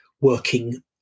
working